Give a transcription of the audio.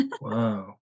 Wow